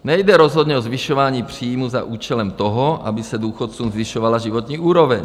Nejde rozhodně o zvyšování příjmů za účelem toho, aby se důchodcům zvyšovala životní úroveň.